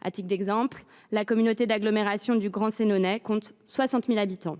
À titre d’exemple, la communauté d’agglomération du Grand Sénonais rassemble 60 000 habitants.